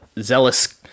zealous